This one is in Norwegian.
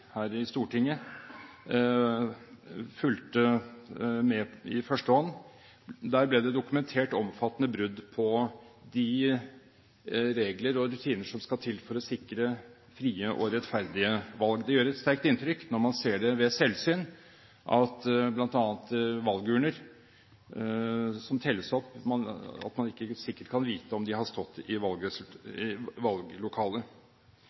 her i Stortinget fulgte med i førstehånd, dokumenterte omfattende brudd på de regler og rutiner som skal til for å sikre frie og rettferdige valg. Det gjør et sterkt inntrykk når man ved selvsyn ser valgurner som telles opp, men ikke sikkert kan vite om de har stått i